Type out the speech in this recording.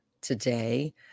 today